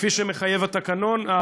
כפי שמחייב התקנון,